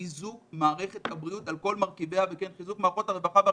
חיזוק מערכת הבריאות על כל מרכיביה וכן חיזוק מערכות הרווחה והחינוך.